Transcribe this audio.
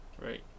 right